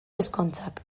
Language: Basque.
ezkontzak